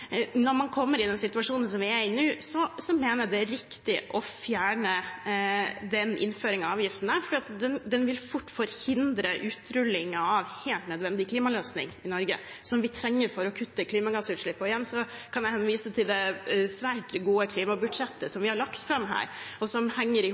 Når man kommer i den situasjonen vi er i nå, mener jeg det er riktig å fjerne den innføringen av avgiften, for den vil fort forhindre utrullingen av helt nødvendige klimaløsninger i Norge, som vi trenger for å kutte klimagassutslippene. Igjen kan jeg henvise til det svært gode klimabudsjettet vi har lagt fram her, og som henger i